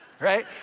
right